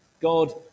God